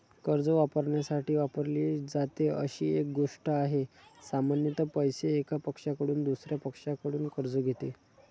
कर्ज वापरण्यासाठी वापरली जाते अशी एक गोष्ट आहे, सामान्यत पैसे, एका पक्षाकडून दुसर्या पक्षाकडून कर्ज घेते